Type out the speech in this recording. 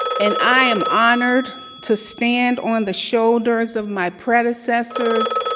and i am honored to stand on the shoulders of my predecessors,